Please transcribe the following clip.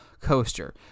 coaster